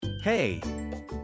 Hey